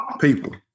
People